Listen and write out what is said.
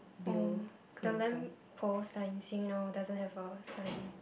oh the lamp post I see you know doesn't have a sign